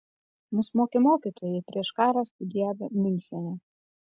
mus mokė mokytojai prieš karą studijavę miunchene